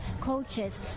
coaches